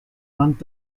wand